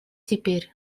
теперь